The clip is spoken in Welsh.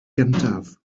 gyntaf